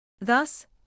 Thus